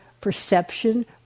perception